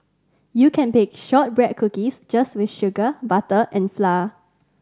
you can bake shortbread cookies just with sugar butter and flour